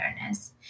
awareness